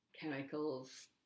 chemicals